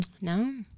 No